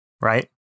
right